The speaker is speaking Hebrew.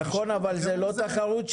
נכון, אבל זאת לא תחרות שווה.